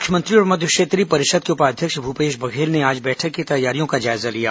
मुख्यमंत्री और मध्य क्षेत्रीय परिषद के उपाध्यक्ष भूपेश बधेल ने आज बैठक की तैयारियों का जायजा लिया